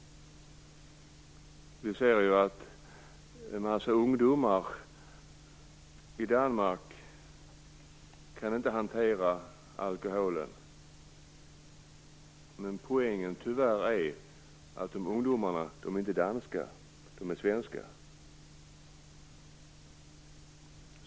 Vi ser ju att en massa ungdomar i Danmark inte kan hantera alkohol. Men poängen är tyvärr att ungdomarna inte är danska utan svenska.